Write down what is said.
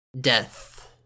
death